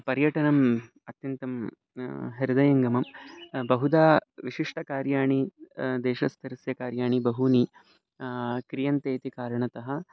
पर्यटनम् अत्यन्तं हृदयङ्गमं बहुधा विशिष्टकार्याणि देशस्तरस्य कार्याणि बहूनि क्रियन्ते इति कारणतः